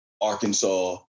Arkansas